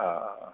औ औ